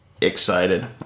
excited